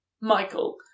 Michael